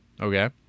Okay